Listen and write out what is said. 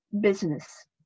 business